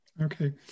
Okay